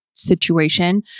situation